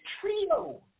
trio